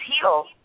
heal